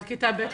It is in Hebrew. עד כיתה ב'